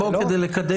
זה לא מספיק.